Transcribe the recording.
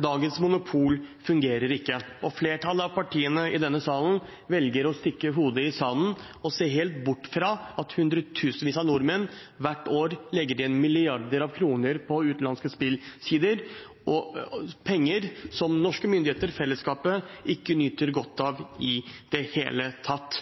Dagens monopol fungerer ikke. Flertallet av partiene i denne salen velger å stikke hodet i sanden og se helt bort fra at hundretusenvis av nordmenn hvert år legger igjen milliarder av kroner på utenlandske spillsider, penger norske myndigheter og fellesskapet ikke nyter godt av i det hele tatt.